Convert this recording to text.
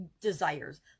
desires